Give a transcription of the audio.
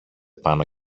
πάνω